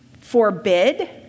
forbid